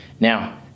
Now